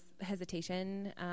hesitation